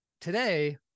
today